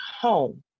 home